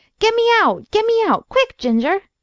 get me out! get me out! quick, gingah!